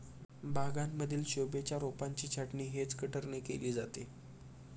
बागांमधील शोभेच्या रोपांची छाटणी हेज कटरने केली जाते